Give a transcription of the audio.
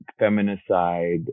feminicide